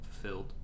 fulfilled